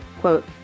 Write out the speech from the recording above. Quote